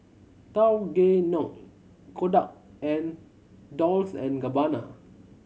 Tao Gae Noi Kodak and Dolce and Gabbana